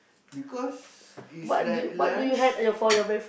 because it's like lunch